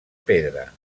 pedra